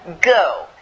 Go